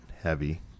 heavy